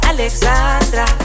Alexandra